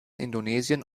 indonesien